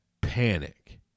panic